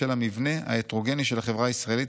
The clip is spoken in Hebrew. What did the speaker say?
בשל המבנה ההטרוגני של החברה הישראלית,